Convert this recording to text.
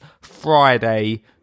Friday